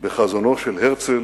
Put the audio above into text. בחזונו של הרצל